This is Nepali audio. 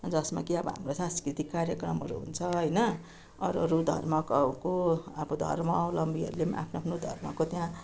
जसमा कि अब हाम्रो सांस्कृतिक कार्यक्रमहरू हुन्छ होइन अरू अरू धार्मिकको अब धर्मावलम्बीहरूले पनि आफ्नो आफ्नो धर्मको त्यहाँ